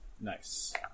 Nice